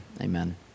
amen